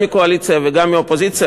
גם מהקואליציה וגם מהאופוזיציה,